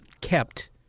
kept